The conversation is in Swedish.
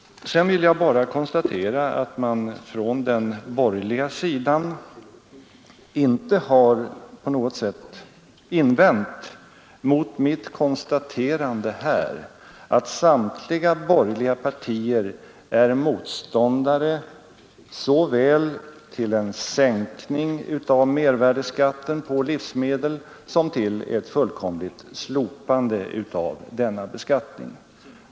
Slutligen noterar jag bara att man från den borgerliga sidan inte på något sätt har invänt mot mitt konstaterande att samtliga borgerliga partier är motståndare såväl till en sänkning av mervärdeskatten på livsmedel som till förslaget om ett slopande av den beskattningen.